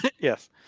Yes